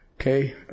Okay